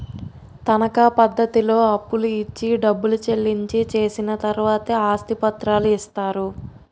తనకా పద్ధతిలో అప్పులు ఇచ్చి డబ్బు చెల్లించి చేసిన తర్వాతే ఆస్తి పత్రాలు ఇస్తారు